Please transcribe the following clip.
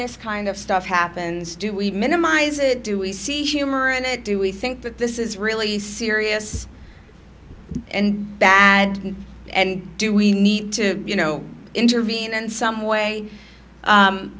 this kind of stuff happens do we minimize it do we see humor and do we think that this is really serious and that and do we need to you know intervene in some way